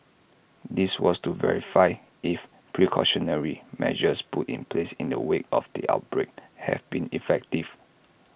this was to verify if precautionary measures put in place in the wake of the outbreak have been effective